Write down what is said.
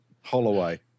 Holloway